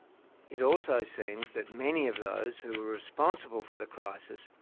it also seems that many of those who were responsible for the crisis,